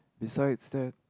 besides there